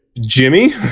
Jimmy